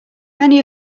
many